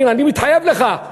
אני מתחייב לך.